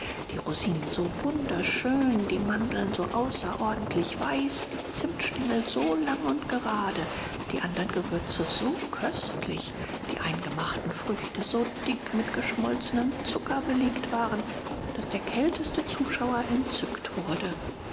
die rosinen so wunderschön die mandeln so außerordentlich weiß die zimtstengel so lang und gerade die andern gewürze so köstlich die eingemachten früchte so dick mit geschmolzenem zucker belegt waren daß der kälteste zuschauer entzückt wurde